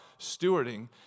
stewarding